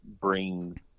bring